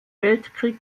weltkrieg